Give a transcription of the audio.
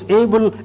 able